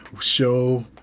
show